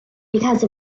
because